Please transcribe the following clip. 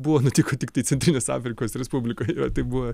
buvo nutiko tiktai centrinės afrikos respublikoj yra taip buvę